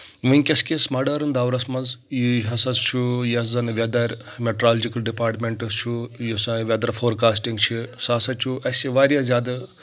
وٕنکیس کِس مڈٲرٕن دورَس منٛز یہِ ہسا چھُ یۄس زَن ویدَر میٹرالجِکَل ڈِپاٹمنٹس چھُ یُس زَن ویدَر فورکاسٹِنٛگ چھِ سُہ ہسا چھُ اَسہِ واریاہ زیادٕ